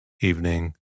evening